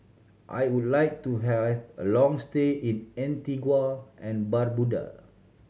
I would like to have a long stay in Antigua and Barbuda